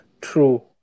true